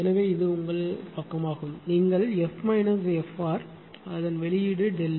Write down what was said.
எனவே இது உங்கள் பக்கமாகும் நீங்கள் f f r வெளியீடு ΔF